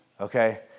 okay